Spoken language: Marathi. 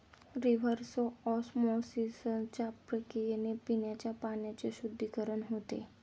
रिव्हर्स ऑस्मॉसिसच्या प्रक्रियेने पिण्याच्या पाण्याचे शुद्धीकरण होते